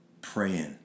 praying